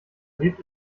lebt